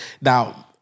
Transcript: Now